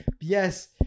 yes